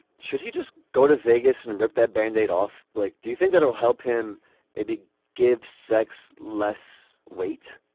should you just go to vegas and rip that band-aid off like do you think that it'll help him maybe give sex less weight